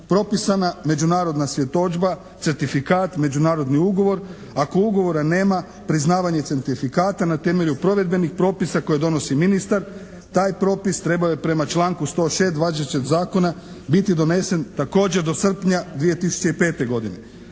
propisana međunarodna svjedodžba, certifikat, međunarodni ugovor. Ako ugovora nema priznavanje certifikata na temelju provedbenih propisa koje donosi ministar, taj propis trebao je prema članku 106. važećeg zakona biti donesen također do srpnja 2005. godine.